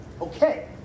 Okay